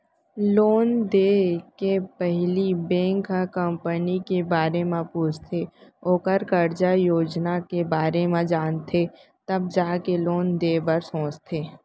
loan देय के पहिली बेंक ह कंपनी के बारे म पूछथे ओखर कारज योजना के बारे म जानथे तब जाके लोन देय बर सोचथे